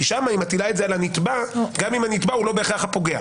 כי שם היא מטילה את זה על הנתבע גם אם הוא לא בהכרח הפוגע.